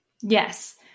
yes